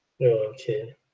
okay